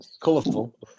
colourful